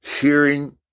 Hearing